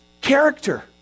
character